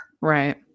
right